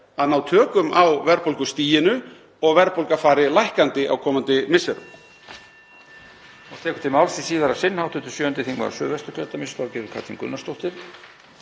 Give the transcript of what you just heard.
að ná tökum á verðbólgustiginu og að verðbólga fari lækkandi á komandi misserum.